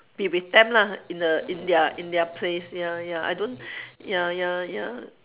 be with them lah in the in their in their place ya ya I don't ya ya ya